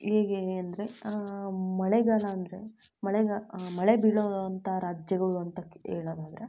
ಈಗ ಹೇಗೆ ಅಂದರೆ ಮಳೆಗಾಲ ಅಂದರೆ ಮಳೆಗಾಲ ಮಳೆ ಬೀಳೋ ಅಂಥ ರಾಜ್ಯಗಳು ಅಂತ ಹೇಳೋದಾದ್ರೆ